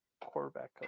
quarterback